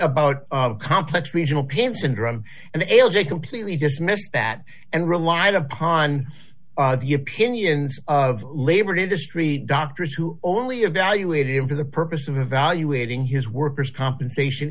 about complex regional pimp syndrome and l j completely dismissed that and relied upon the opinions of labored industry doctors who only evaluated him for the purpose of evaluating his workers compensation